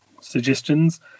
suggestions